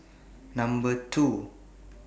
two